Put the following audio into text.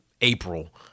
April